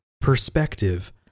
perspective